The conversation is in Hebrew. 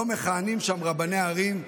לא מכהנים בהן רבני ערים,